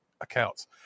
accounts